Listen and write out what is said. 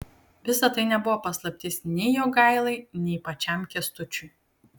visa tai nebuvo paslaptis nei jogailai nei pačiam kęstučiui